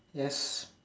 yes